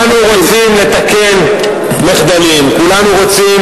כולנו רוצים לתקן מחדלים, כולנו רוצים